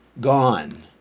gone